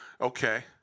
Okay